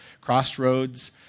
Crossroads